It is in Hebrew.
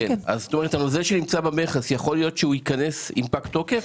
זה שנמצא במכס יכול שייכנס כשהוא פג תוקף?